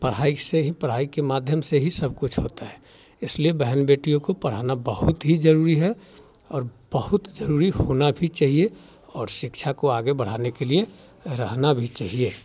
पढ़ाई से ही पढ़ाई के माध्यम से ही सब कुछ होता है इसलिए बहन बेटियों को पढ़ाना बहुत ही जरूरी है और बहुत जरूरी होना भी चाहिए और शिक्षा को आगे बढ़ाने के लिए रहना भी चाहिए